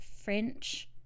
French